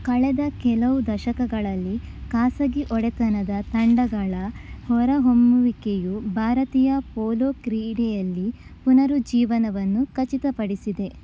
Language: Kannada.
ಕಳೆದ ಕೆಲವು ದಶಕಗಳಲ್ಲಿ ಖಾಸಗಿ ಒಡೆತನದ ತಂಡಗಳ ಹೊರ ಹೊಮ್ಮುವಿಕೆಯು ಭಾರತೀಯ ಪೋಲೊ ಕ್ರೀಡೆಯಲ್ಲಿ ಪುನರುಜ್ಜೀವನವನ್ನು ಖಚಿತಪಡಿಸಿದೆ